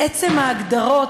עצם ההגדרות,